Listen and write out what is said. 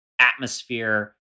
atmosphere